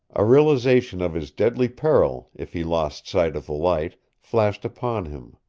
a realization of his deadly peril if he lost sight of the light flashed upon him.